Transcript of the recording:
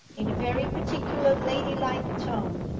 in a very particular ladylike tone,